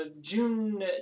june